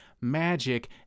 magic